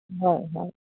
হয় হয়